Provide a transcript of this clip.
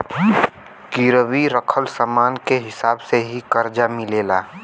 गिरवी रखल समान के हिसाब से ही करजा मिलेला